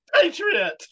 Patriot